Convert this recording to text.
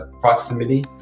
proximity